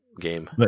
game